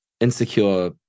insecure